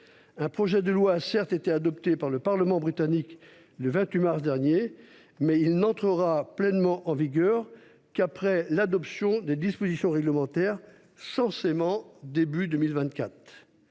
Un texte a certes été voté par le Parlement britannique le 28 mars dernier, mais il n'entrera pleinement en vigueur qu'après l'adoption de dispositions réglementaires au début de